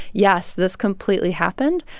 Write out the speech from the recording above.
yes, this completely happened.